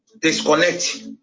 Disconnect